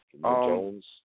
Jones